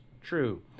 true